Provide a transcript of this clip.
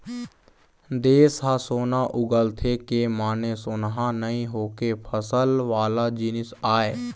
देस ह सोना उगलथे के माने सोनहा नइ होके फसल वाला जिनिस आय